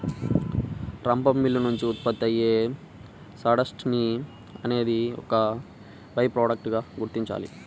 రంపపు మిల్లు నుంచి ఉత్పత్తి అయ్యే సాడస్ట్ ని అనేది ఒక బై ప్రొడక్ట్ గా గుర్తించాలి